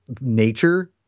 nature